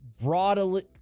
broadly